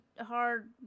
hard